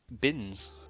bins